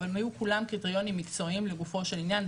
אבל הם היו כולם קריטריונים מקצועיים לגופו של עניין,